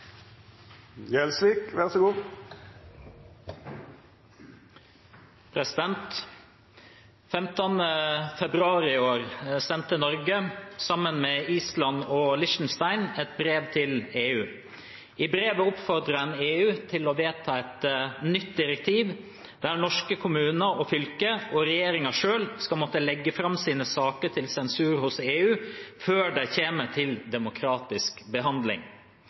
EU. I brevet oppfordrer man EU til å vedta et nytt direktiv der norske kommuner og fylker og regjeringen selv skal måtte legge frem sine saker til sensur hos EU før de kommer til demokratisk behandling.